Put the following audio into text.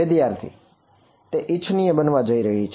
વિદ્યાર્થી તેથી તે ઇચ્છનીય બનવા જઈ રહી છે